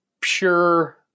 pure